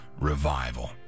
revival